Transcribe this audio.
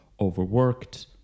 overworked